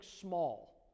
small